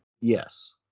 Yes